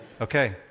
Okay